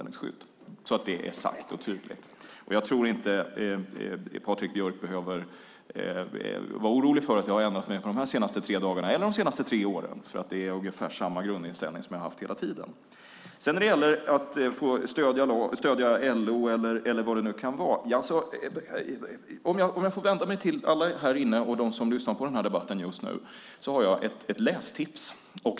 Nu är det sagt tydligt. Patrik Björck behöver inte vara orolig för att jag har ändrat mig på de senaste tre dagarna eller de senaste tre åren. Det är ungefär samma grundinställning som jag har haft hela tiden. När det gäller att stödja LO eller vad det nu kan vara - nu vänder jag mig till alla här inne och alla som lyssnar på debatten - har jag ett lästips.